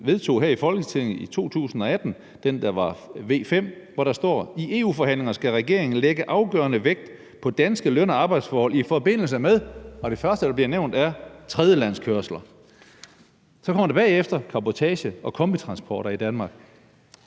vedtog her i Folketinget i 2018, V 5, hvor der står: »I EU-forhandlinger skal regeringen lægge afgørende vægt på danske løn- og arbejdsforhold i forbindelse med« – og det er det første, der bliver nævnt – »tredjelandskørsel til, samt cabotage- og kombitransporter i Danmark«.